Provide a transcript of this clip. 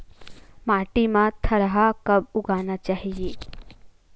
माटी मा थरहा कब उगाना चाहिए?